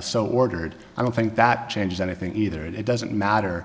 so ordered i don't think that changes anything either and it doesn't matter